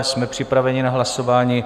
Jsme připraveni na hlasování.